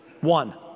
one